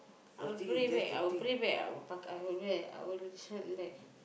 I will pray back I will pray back I will p~ I will listen back